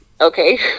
Okay